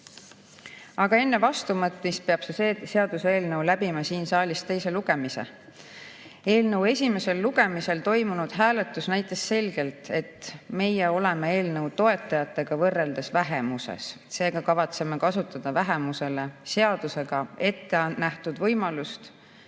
Aga enne vastuvõtmist peab see seaduseelnõu läbima siin saalis teise lugemise. Eelnõu esimesel lugemisel toimunud hääletus näitas selgelt, et meie oleme eelnõu toetajatega võrreldes vähemuses, seega kavatseme kasutada vähemusele seadusega ette nähtud võimalust